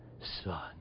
Son